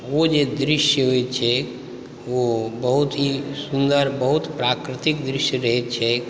ओ जे दृश्य होइ छै ओ बहुत ही सुन्दर बहुत प्राकृतिक दृश्य रहै छै